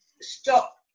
stop